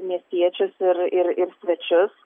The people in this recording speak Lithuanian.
miestiečius ir ir ir svečius